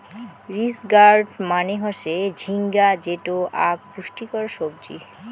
ridge gourd মানে হসে ঝিঙ্গা যেটো আক পুষ্টিকর সবজি